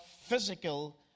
physical